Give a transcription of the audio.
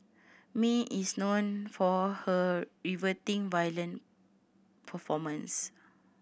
Mae is known for her riveting violin performances